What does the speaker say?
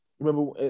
Remember